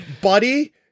buddy